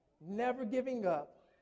never-giving-up